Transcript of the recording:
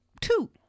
two